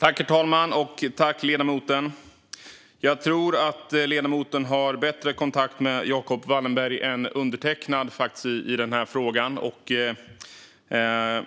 Herr talman! Jag tror faktiskt att ledamoten har bättre kontakt med Jacob Wallenberg i denna fråga än vad undertecknad har.